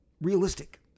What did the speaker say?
realistic